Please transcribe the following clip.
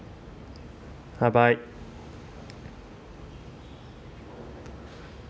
bye bye